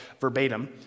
verbatim